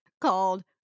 called